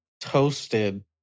toasted